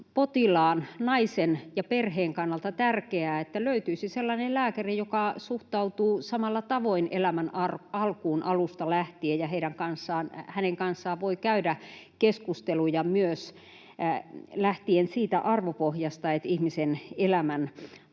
potilaan, naisen, ja perheen kannalta tärkeää, että löytyisi sellainen lääkäri, joka suhtautuu samalla tavoin elämän alkuun alusta lähtien ja jonka kanssa voi käydä keskusteluja myös lähtien siitä arvopohjasta, että ihmisen elämän arvoa